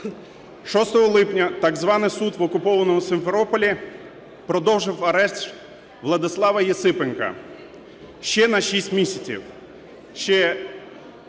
6 липня, так званий суд в окупованому Сімферополі продовжив арешт Владислава Єсипенка ще на шість місяців.